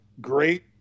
Great